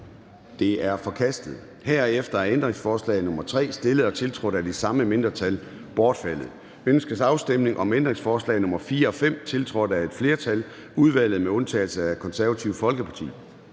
er forkastet. Herefter er ændringsforslag nr. 3, stillet og tiltrådt af de samme mindretal, bortfaldet. Ønskes afstemning om ændringsforslag nr. 4 og 5, tiltrådt af et flertal (udvalget med undtagelse af KF)? Det er